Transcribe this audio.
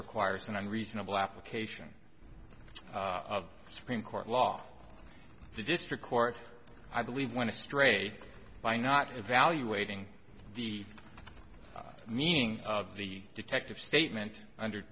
requires an unreasonable application of supreme court law the district court i believe want to stray by not evaluating the meaning of the detective statement under